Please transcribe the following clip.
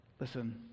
Listen